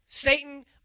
Satan